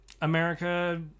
America